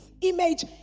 image